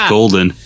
golden